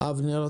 אבנר פלור.